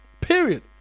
Period